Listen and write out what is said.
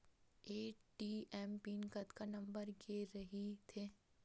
ATM pin कतका number के रही थे?